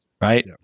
Right